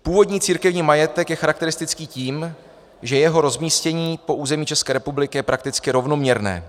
Původní církevní majetek je charakteristický tím, že jeho rozmístění po území České republiky je prakticky rovnoměrné.